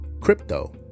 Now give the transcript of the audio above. crypto